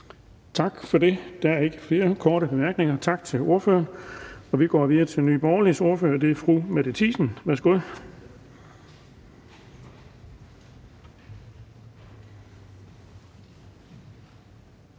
Tak for det. Der er ikke flere korte bemærkninger. Tak til ordføreren. Vi går videre til Nye Borgerliges ordfører, og det er fru Mette Thiesen. Værsgo.